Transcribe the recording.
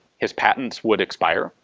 his patents would expire,